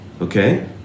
Okay